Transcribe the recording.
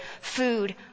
food